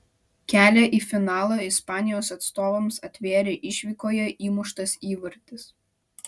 kelią į finalą ispanijos atstovams atvėrė išvykoje įmuštas įvartis